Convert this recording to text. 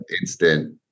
instant